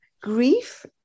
Grief